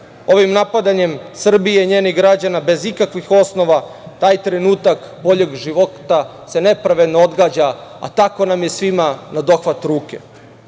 Ovim napadanjem Srbije i njenih građana, bez ikakvih osnova, taj trenutak boljeg života se nepravedno odgađa, a tako nam je svima na dohvat